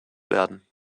werden